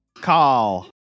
Call